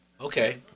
Okay